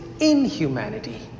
inhumanity